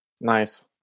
nice